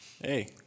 Hey